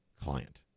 client